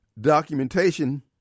documentation